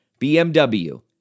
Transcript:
BMW